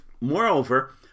Moreover